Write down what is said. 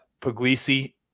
Puglisi